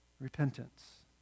repentance